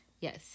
yes